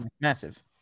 massive